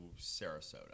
Sarasota